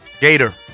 Gator